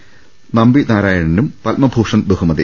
S നമ്പിനാരായണനും പത്മഭൂഷൺ ബഹുമതി